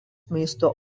maisto